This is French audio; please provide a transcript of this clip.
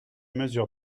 mesure